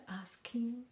asking